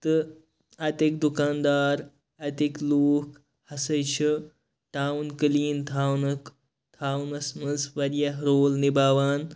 تہٕ اَتکۍ دُکاندار اَتکۍ لُکھ ہَسا چھِ ٹاوُن کٕلیٖن تھاونُک تھاونَس مَنٛز واریاہ رول نِباوان